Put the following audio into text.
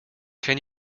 can